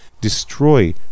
Destroy